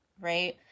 right